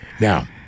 Now